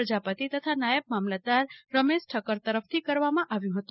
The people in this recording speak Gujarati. પ્રજાપતિ તથા નાયબ મામલતદાર રમેશ ઠક્કર તરફથી કરવામાં આવ્યું હતું